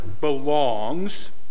belongs